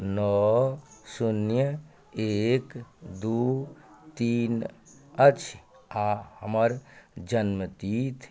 नओ शून्य एक दू तीन अछि आ हमर जन्म तिथि